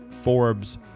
Forbes